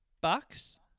Bucks